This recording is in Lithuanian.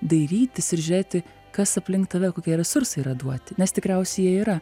dairytis ir žiūrėti kas aplink tave kokie resursai yra duoti nes tikriausiai jie yra